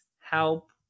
help